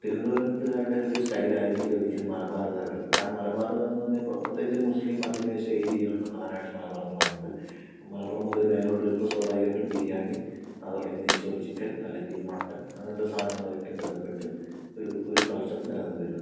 തിരുവനന്തപുരത്തുകാരുടെ ഒരു സ്റ്റൈലായിരിക്കില്ല ഒരിക്കലും മലബാറുകാരുടേത് കാരണം മലബാറുകാരെന്ന് പറഞ്ഞാല് ഇപ്പോള് പ്രത്യേകിച്ചൊരു മുസ്ലിം അധിനിവേശ ഏരിയയാണ് പ്രധാനമായിട്ടും മലബാർ എന്ന് പറയുന്നത് അപ്പം മലപ്പുറം മുതൽ മുകളിലേക്ക് വരുമ്പോള് സ്വാഭാവികമായിട്ടും ബിരിയാണി അതല്ലെങ്കില് നെയ്ച്ചോറ് ചിക്കൻ അല്ലെങ്കിൽ മട്ടൻ അങ്ങനത്തെ സാധനങ്ങളുമായിട്ട് ബന്ധപ്പെട്ട് ഒരു ഒരു കൾച്ചർ നിലനിന്നുവരുന്നുണ്ട്